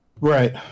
Right